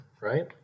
right